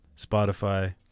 Spotify